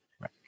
Right